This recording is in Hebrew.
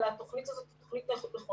התוכנית הזאת היא תוכנית נכונה.